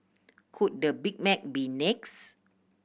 could the Big Mac be next